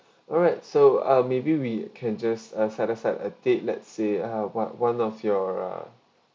alright so ah maybe we can just uh set aside a date let's say ah what one of your uh